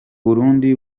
burundi